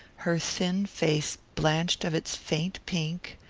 her thin face blanched of its faint pink,